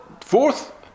Fourth